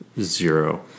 zero